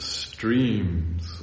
streams